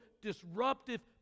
disruptive